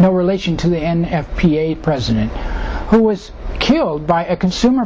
no relation to the n f p a president who was killed by a consumer